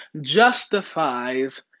justifies